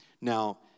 Now